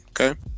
Okay